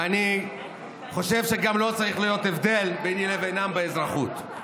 ואני חושב שגם לא צריך להיות הבדל ביני לבינם באזרחות.